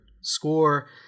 score